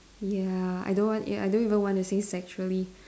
ya I don't want ya I don't even want to say sexually